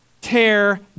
tear